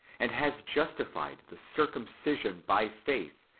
and has justified the circumcision by faith,